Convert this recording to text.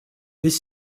les